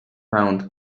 round